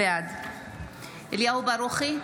בעד אליהו ברוכי,